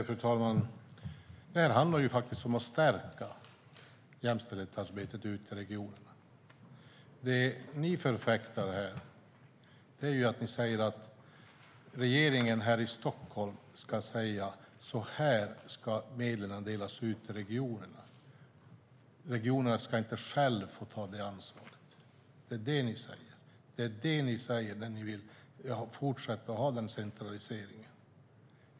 Fru talman! Det handlar faktiskt om att stärka jämställdhetsarbetet ute i regionerna. Det ni förfäktar här är att regeringen här i Stockholm ska säga: Så här ska medlen delas ut till regionerna. Regionerna ska inte själva få ta det ansvaret. Det är det ni säger när ni vill fortsätta att ha den centraliseringen.